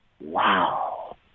wow